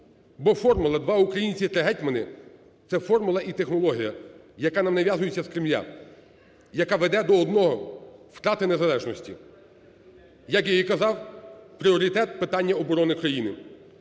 формули "два українці – три гетьмани" це формула і технологія, яка нам нав'язується з Кремля, яка веде до одного: втрати незалежності. Як я і казав, пріоритет – питання оборони країни.